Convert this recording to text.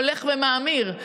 הולך ומאמיר,